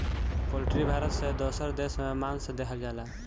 poultry Bharat से दोसर देश में मांस देहल जाला